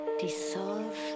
dissolve